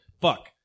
fuck